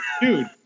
Dude